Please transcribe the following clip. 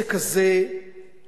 העסק הזה נתקע,